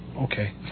Okay